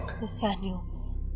Nathaniel